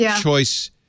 choice